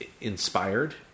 inspired